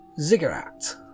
ziggurat